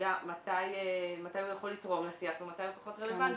יידע מתי הוא יכול לתרום לשיח ומתי הוא פחות רלוונטי.